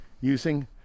using